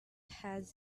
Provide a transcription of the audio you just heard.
has